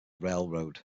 railroad